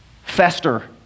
fester